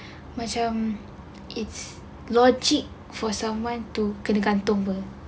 macam it's logic for someone to kena gantung ke